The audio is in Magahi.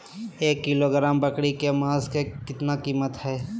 एक किलोग्राम बकरी के मांस का कीमत कितना है?